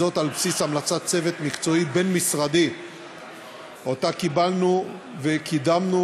על בסיס המלצת צוות מקצועי בין-משרדי שקיבלנו וקידמנו,